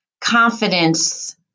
confidence